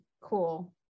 cool